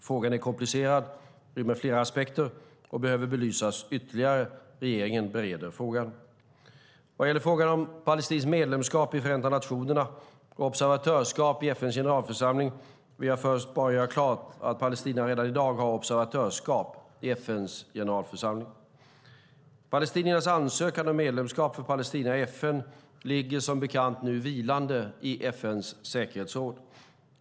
Frågan är komplicerad, rymmer flera aspekter och behöver belysas ytterligare. Regeringen bereder frågan. Vad gäller frågan om palestinskt medlemskap i Förenta nationerna och observatörskap i FN:s generalförsamling vill jag först göra klart att Palestina redan i dag har observatörskap i FN:s generalförsamling. Palestiniernas ansökan om medlemskap för Palestina i FN ligger som bekant vilande i FN:s säkerhetsråd.